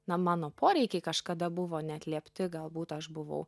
na mano poreikiai kažkada buvo neatliepti galbūt aš buvau